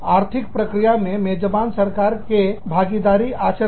आर्थिक प्रक्रिया में मेजबान सरकार के भागीदारी आचरण